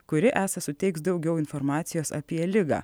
kuri esą suteiks daugiau informacijos apie ligą